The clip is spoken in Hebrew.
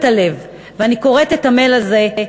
דירה קטנה ומלאה באהבה.